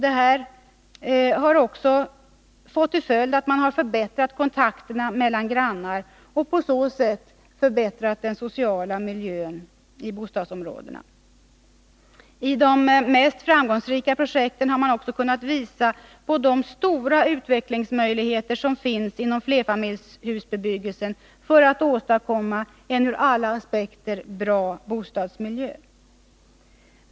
Detta har också fått till följd att man har förbättrat kontakterna mellan grannar och på så sätt förbättrat den sociala miljön i bostadsområdena. I de mest framgångsrika projekten har man också kunnat visa på de stora utvecklingsmöjligheter som finns inom flerfamiljshusbebyggelsen — möjlig heter att åstadkomma en ur alla aspekter bra bostadsmiljö.